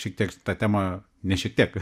šiek tiek tą temą ne šiek tiek